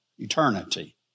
Eternity